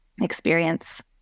experience